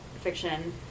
fiction